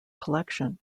collection